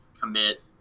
commit